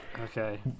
Okay